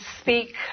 speak